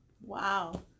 wow